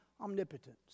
omnipotence